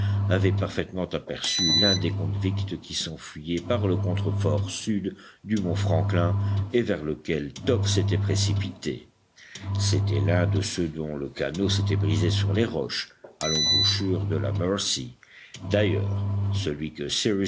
avait parfaitement aperçu l'un des convicts qui s'enfuyait par le contrefort sud du mont franklin et vers lequel top s'était précipité c'était l'un de ceux dont le canot s'était brisé sur les roches à l'embouchure de la mercy d'ailleurs celui que